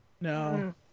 No